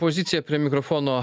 pozicija prie mikrofono